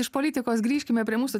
iš politikos grįžkime prie mūsų